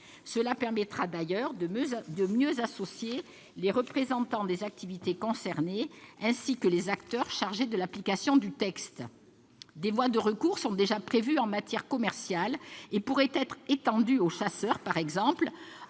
Cela permettra d'ailleurs de mieux associer les représentants des activités concernées, ainsi que les acteurs chargés de l'application du texte. Des voies de recours sont déjà prévues en matière commerciale et pourraient par exemple être étendues aux chasseurs en